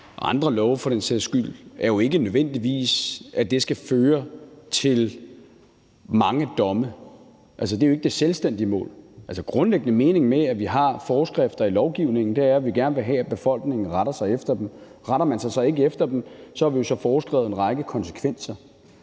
skyld – er jo ikke nødvendigvis, at det skal føre til mange domme. Altså, det er jo ikke det selvstændige mål. Den grundlæggende mening med, at vi har forskrifter i lovgivningen, er, at vi gerne vil have, at befolkningen retter sig efter dem. Retter man sig så ikke efter dem, har vi forskrevet en række konsekvenser.